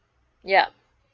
yup